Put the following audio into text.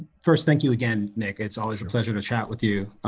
first thank you again. nick. it's always a pleasure to chat with you.